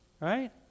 Right